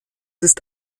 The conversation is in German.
ist